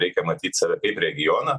reikia matyt save kaip regioną